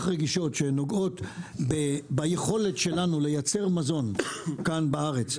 רגישות שנוגעות ביכולת שלנו לייצר מזון כאן בארץ,